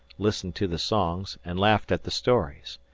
listened to the songs, and laughed at the stories.